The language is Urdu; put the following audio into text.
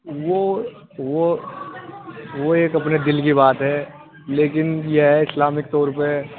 وہ وہ وہ ایک اپنے دل کی بات ہے لیکن یہ ہے اسلامک طور پہ